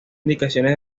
indicaciones